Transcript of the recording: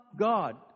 God